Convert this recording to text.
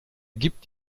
gibt